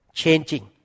changing